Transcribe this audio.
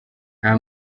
nta